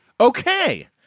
Okay